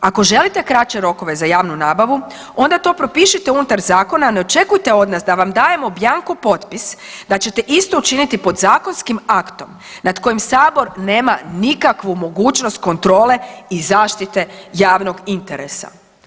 Ako želite kraće rokove za javnu nabavu onda to propišite unutar zakona, a ne očekujte od nas da vam dajemo bjanko potpis da ćete isto učiniti podzakonskim aktom nad kojim sabor nema nikakvu mogućnost kontrole i zaštite javnog interesa.